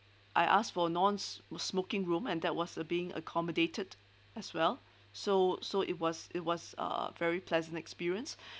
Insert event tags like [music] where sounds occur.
I asked for non s~ smoking room and that was uh being accommodated as well so so it was it was a very pleasant experience [breath]